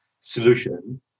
solution